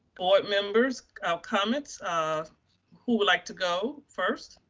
board members ah comments, um who would like to go first?